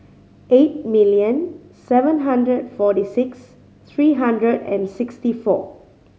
eight million seven hundred forty six three hundred and sixty four